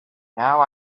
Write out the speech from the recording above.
now